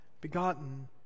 begotten